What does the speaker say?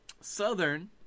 Southern